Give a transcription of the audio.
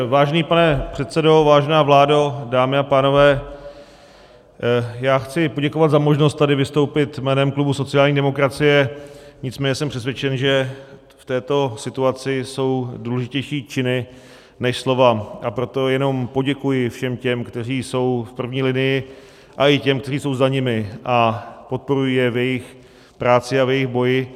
Vážený pane předsedo, vážená vládo, dámy a pánové, já chci poděkovat za možnost tady vystoupit jménem klubu sociální demokracie, nicméně jsem přesvědčen, že v této situaci jsou důležitější činy než slova, a proto jenom poděkuji všem těm, kteří jsou v první linii, a i těm, kteří jsou za nimi a podporují je v jejich práci a v jejich boji.